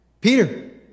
Peter